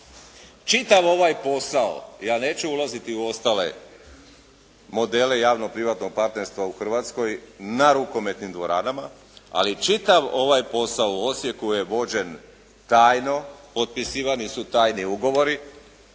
Čitav ovaj posao, ja ne ću ulaziti u ostale modele javno privatnog partnerstva u Hrvatskoj na rukometnim dvoranama, ali čitav ovaj posao u Osijeku je vođen tajno, potpisivani su tajni ugovori,